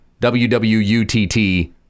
WWUTT